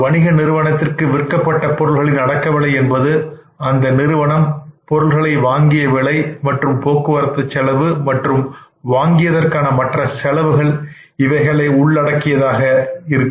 ஒரு வணிக நிறுவனத்திற்கு விற்கப்பட்ட பொருட்களின் அடக்கவிலை என்பது அந்த நிறுவனம் பொருட்களை வாங்கிய விலை மற்றும் போக்குவரத்துச் செலவு வாங்கியதற்கான மற்ற செலவுகள் இவைகளை உள்ளடக்கியதாக இருக்கும்